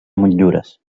motllures